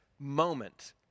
moment